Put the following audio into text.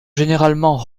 généralement